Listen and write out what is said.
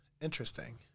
interesting